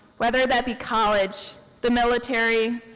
whether that be college, the military,